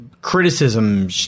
criticism